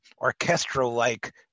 orchestral-like